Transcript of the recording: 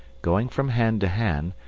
going from hand to hand,